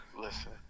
Listen